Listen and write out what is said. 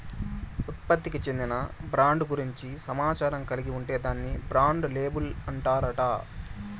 ఉత్పత్తికి చెందిన బ్రాండ్ గూర్చి సమాచారం కలిగి ఉంటే దాన్ని బ్రాండ్ లేబుల్ అంటాండారు